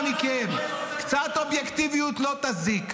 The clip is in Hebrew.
אנא מכם, קצת אובייקטיביות לא תזיק.